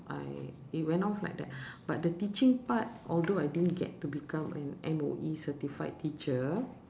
I it went off like that but the teaching part although I didn't get to become an M_O_E certified teacher